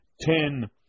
ten